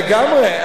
לגמרי.